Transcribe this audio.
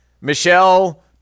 Michelle